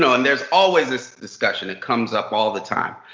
so and there's always this discussion that comes up all the time.